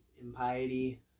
impiety